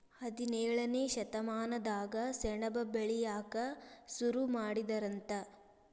ಹದಿನೇಳನೇ ಶತಮಾನದಾಗ ಸೆಣಬ ಬೆಳಿಯಾಕ ಸುರು ಮಾಡಿದರಂತ